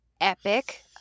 epic